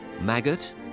Maggot